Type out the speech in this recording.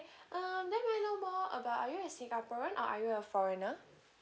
uh then may I know more about are you a singaporean or are you a foreigner